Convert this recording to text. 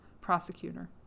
prosecutor